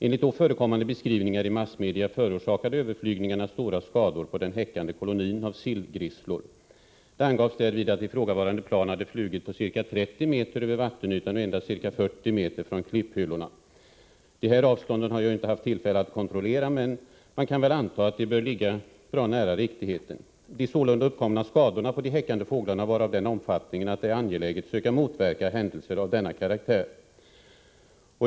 Enligt då förekommande beskrivningar i massmedia förorsakade överflygningarna stora skador på den häckande kolonin av sillgrisslor. Det uppgavs därvid att ifrågavarande plan hade flugit på ca 30 meters höjd över vattenytan och endast ca 40 meter från klipphyllorna. De angivna avstånden har jag inte haft tillfälle att kontrollera, men man kan anta att de bör ligga bra nära riktigheten. De sålunda uppkomna skadorna på de häckande fåglarna var av den omfattningen att det är angeläget söka motverka händelser av denna karaktär.